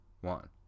one